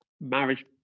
marriage